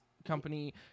Company